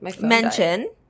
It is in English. mention